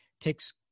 takes